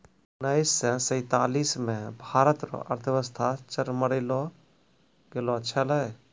उनैस से सैंतालीस मे भारत रो अर्थव्यवस्था चरमरै गेलो छेलै